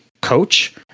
coach